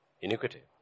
iniquity